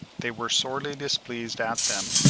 they were sorely displeased at them,